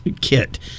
kit